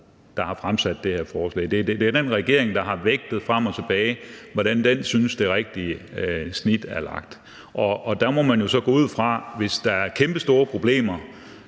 der har fremsat det her forslag. Det er den regering, der har vægtet frem og tilbage, hvor den synes det rigtige snit skal ligge. Og der må man gå ud fra, at hvis der er kæmpe store problemer